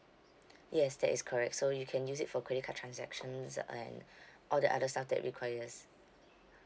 yes that is correct so you can use it for credit card transactions uh and all the other stuff that requires